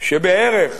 שבערך